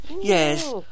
Yes